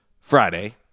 Friday